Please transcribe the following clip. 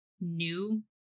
new